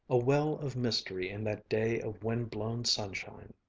a well of mystery in that day of wind-blown sunshine.